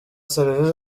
serivisi